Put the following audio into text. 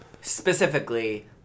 specifically